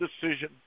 decision